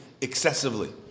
excessively